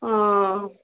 অ